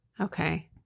Okay